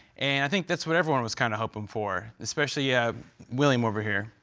and i think that's what everyone was kind of hoping for, especially ah william over here.